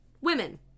women